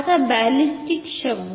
आणि बॅलिस्टिक शब्द